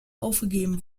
aufgegeben